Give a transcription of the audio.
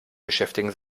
beschäftigen